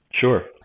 Sure